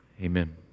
Amen